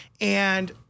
And-